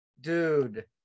Dude